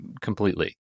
completely